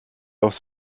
aufs